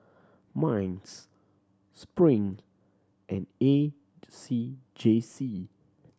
MINDS Spring and A C J C